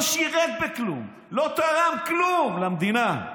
לא שירת בכלום, לא תרם כלום למדינה.